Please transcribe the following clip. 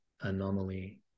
anomaly